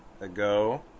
ago